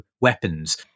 weapons